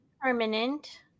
permanent